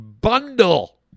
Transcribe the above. bundle